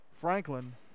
Franklin